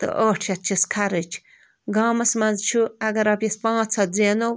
تہٕ ٲٹھ شَتھ چھِس خرچ گامَس منٛز چھُ اگر رۄپیِس پانٛژھ ہَتھ زینو